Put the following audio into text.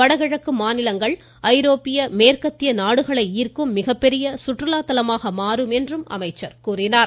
வடகிழக்கு மாநிலங்கள் ஐரோப்பிய மேற்கத்திய நாடுகளை ஈர்க்கும் மிகப்பெரிய சுற்றுலாத்தலமாக மாறும் என்றும் கூறினார்